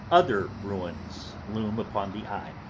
other ruins loom upon the eye,